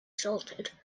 salted